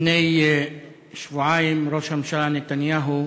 לפני שבועיים ראש הממשלה נתניהו